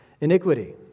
iniquity